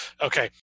okay